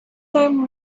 time